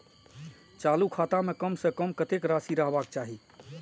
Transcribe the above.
चालु खाता में कम से कम कतेक राशि रहबाक चाही?